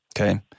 Okay